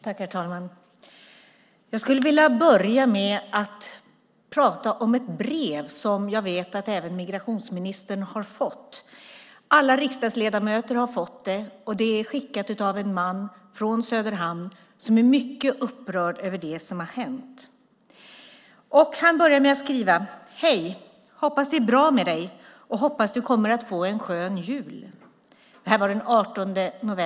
Herr talman! Jag skulle vilja börja med att läsa upp ett brev som jag vet att även migrationsministern har fått. Alla riksdagsledamöter har fått det. Det är skickat den 18 november från en man i Söderhamn som är mycket upprörd över det som har hänt. Han skriver: Hej, hoppas det är bra med dig och hoppas du kommer att få en skön jul.